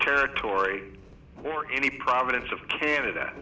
territory or any province of canada